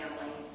family